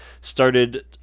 started